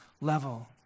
level